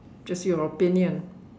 just your opinion